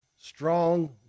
Strong